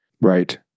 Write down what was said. Right